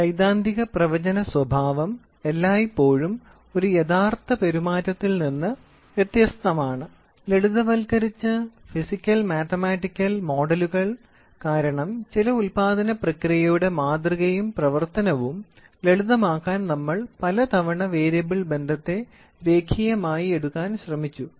സൈദ്ധാന്തിക പ്രവചന സ്വഭാവം എല്ലായ്പ്പോഴും ഒരു യഥാർത്ഥ പെരുമാറ്റത്തിൽ നിന്ന് വ്യത്യസ്തമാണ് ലളിതവൽക്കരിച്ച ഫിസിക്കൽ മാത്തമാറ്റിക്കൽ മോഡലുകൾ കാരണം ചില ഉൽപാദന പ്രക്രിയയുടെ മാതൃകയും പ്രവർത്തനവും ലളിതമാക്കാൻ നമ്മൾ പലതവണ വേരിയബിൾ ബന്ധത്തെ രേഖീയമായി എടുക്കാൻ ശ്രമിച്ചു